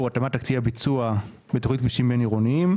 התאמת תקציב הביצוע בתוכנית כבישים בין-עירוניים.